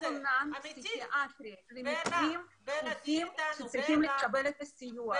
לכל קופה יש כונן פסיכיאטרי למקרים דחופים שצריכים לקבל את הסיוע.